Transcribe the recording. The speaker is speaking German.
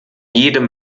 jedem